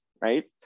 right